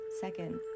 Second